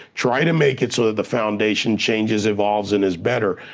try to make it so that the foundation changes, evolves, and is better,